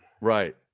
Right